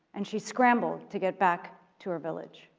and she scrambled to get back to her village,